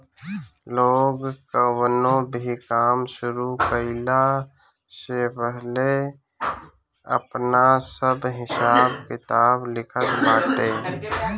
लोग कवनो भी काम शुरू कईला से पहिले आपन सब हिसाब किताब लिखत बाटे